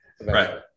Right